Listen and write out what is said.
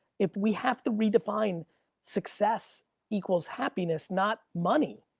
if we have to redefine success equals happiness, not money.